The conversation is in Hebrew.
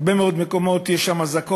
ובהרבה מאוד מקומות יש אזעקות,